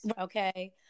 Okay